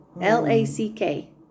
L-A-C-K